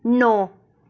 ਨੌ